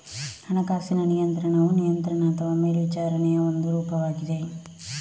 ಹಣಕಾಸಿನ ನಿಯಂತ್ರಣವು ನಿಯಂತ್ರಣ ಅಥವಾ ಮೇಲ್ವಿಚಾರಣೆಯ ಒಂದು ರೂಪವಾಗಿದೆ